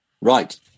Right